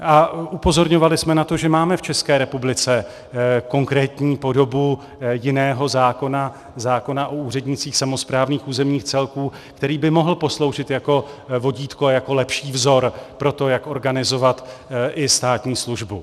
A upozorňovali jsme na to, že máme v ČR konkrétní podobu jiného zákona, zákona o úřednících samosprávných územních celků, který by mohl posloužit jako vodítko a jako lepší vzor pro to, jak organizovat i státní službu.